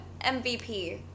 MVP